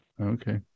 Okay